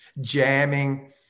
jamming